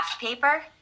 paper